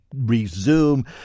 resume